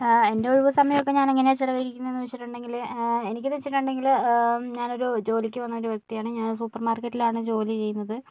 എൻ്റെ ഒഴിവു സമയമൊക്കെ ഞാന് എങ്ങനെയാ ചിലവഴിക്കുന്നത് എന്നു വച്ചിട്ടുണ്ടെങ്കിൽ എനിക്ക് എന്നു വച്ചിട്ടുണ്ടെങ്കിൽ ഞാനൊരു ജോലിക്ക് പോകുന്നൊരു വ്യക്തിയാണ് ഞാന് സൂപ്പര് മാര്ക്കറ്റിലാണ് ജോലി ചെയ്യുന്നത്